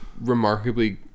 remarkably